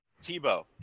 Tebow